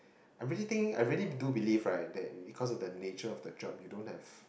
I really think I really do believe right that because of the nature of the job you don't have